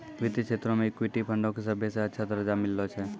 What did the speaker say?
वित्तीय क्षेत्रो मे इक्विटी फंडो के सभ्भे से अच्छा दरजा मिललो छै